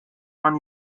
man